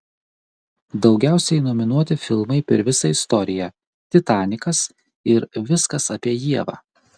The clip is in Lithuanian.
daugiausiai nominuoti filmai per visą istoriją titanikas ir viskas apie ievą